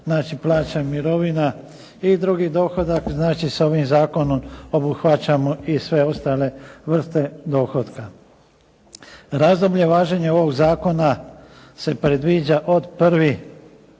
znači plaća i mirovine i drugi dohodak, znači s ovim zakonom obuhvaćamo i sve ostale vrste dohotka. Razdoblje važenja ovog zakona se predviđa od 1.